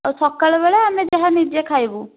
ଆଉ ସକାଳବେଳା ଆମେ ଯାହା ନିଜେ ଖାଇବୁ